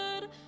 good